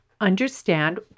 understand